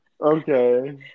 Okay